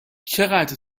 چقدر